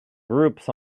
groups